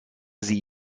sie